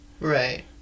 Right